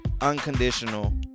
unconditional